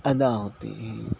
ادا ہوتے ہیں